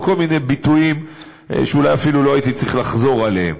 וכל מיני ביטויים שאולי אפילו לא הייתי צריך לחזור עליהם.